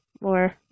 more